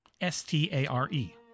S-T-A-R-E